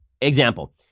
Example